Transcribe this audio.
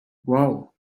wow